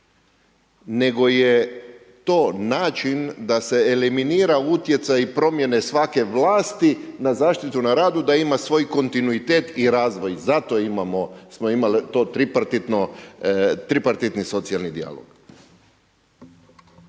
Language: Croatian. Nego je to način da se eliminira utjecaj i promjena svake vlasti na zaštitu na radu da ima svoj kontinuitet i razvoj, zato imamo, smo imali to tripartitno socijalni dijalog.